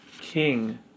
King